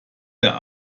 der